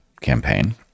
campaign